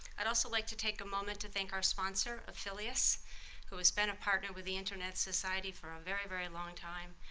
i'd also like to take a moment to thank our sponsor, afilias, who has been a partner with the internet society for a very, very long time,